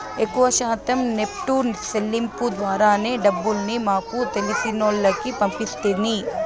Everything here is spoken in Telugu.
ఎక్కవ శాతం నెప్టు సెల్లింపుల ద్వారానే డబ్బుల్ని మాకు తెలిసినోల్లకి పంపిస్తిని